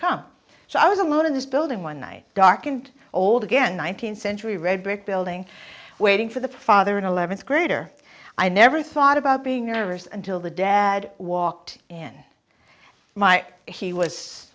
come so i was alone in this building one night dark and old again one thousand century red brick building waiting for the father an eleventh grader i never thought about being nervous until the dad walked in my he was